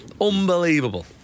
Unbelievable